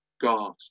God